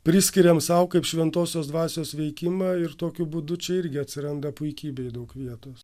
priskiriam sau kaip šventosios dvasios veikimą ir tokiu būdu čia irgi atsiranda puikybei daug vietos